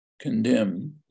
condemn